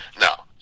Now